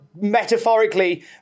metaphorically